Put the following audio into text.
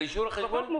לאישור החשבון?